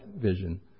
vision